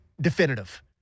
definitive